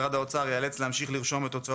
משרד האוצר ייאלץ להמשיך לרשום את הוצאות